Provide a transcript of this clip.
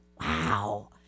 Wow